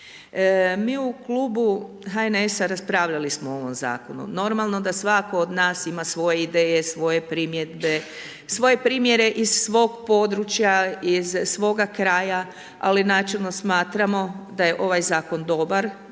Mi u klubu HNS-a raspravljali smo o ovom zakonu, normalno da svatko od nas ima svoje ideje, svoje primjedbe, svoje primjere iz svog područja iz svoga kraja, ali načelno smatramo da je ovaj zakon dobar,